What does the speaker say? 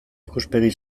ikuspegi